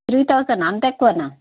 three thousand అంత ఎక్కువనా